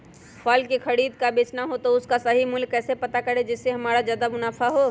फल का खरीद का बेचना हो तो उसका सही मूल्य कैसे पता करें जिससे हमारा ज्याद मुनाफा हो?